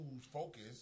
focus